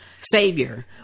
savior